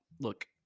look